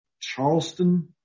Charleston